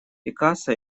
пикассо